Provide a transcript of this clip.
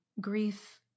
Grief